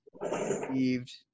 received